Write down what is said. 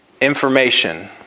information